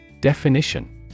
DEFINITION